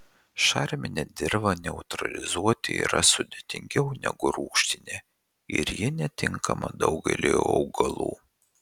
šarminę dirvą neutralizuoti yra sudėtingiau negu rūgštinę ir ji netinkama daugeliui augalų